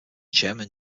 chairman